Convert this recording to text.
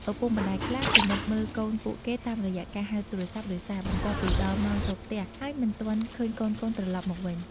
ឪពុកម្តាយខ្លះពិនិត្យមើលកូនពួកគេតាមរយៈការហៅទូរស័ព្ទ ឬសារ បន្ទាប់ពីដល់ម៉ោងចូលផ្ទះ ហើយមិនទាន់ឃើញកូនៗត្រឡប់មកវិញ។